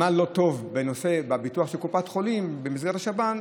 מה לא טוב בביטוח של קופת חולים במסגרת השב"ן.